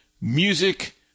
music